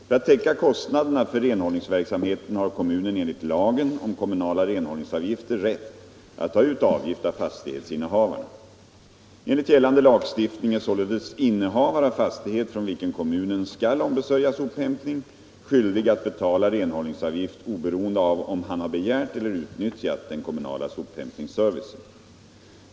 För att täcka kostnaderna för renhållningsverksamheten har kommunen enligt lagen om kommunala renhållningsavgifter rätt att ta ut avgift av fastighetsinnehavarna. Enligt gällande lagstiftning är således innehavare av fastighet från vilken kommunen skall ombesörja sophämtning skyldig att betala renhållningsavgift oberoende av om han har begärt eller utnyttjat den kommunala sophämtningsservicen.